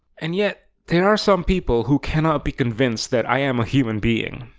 and yet, there are some people who cannot be convinced that i'm a human being.